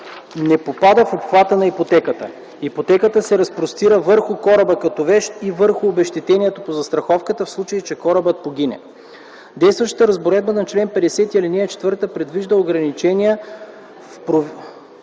не попада в обхвата на ипотеката. Ипотеката се разпростира върху кораба като вещ и върху обезщетението по застраховката, в случай че корабът погине. Действащата разпоредба на чл. 50, ал. 4 предвижда ограничения в поведението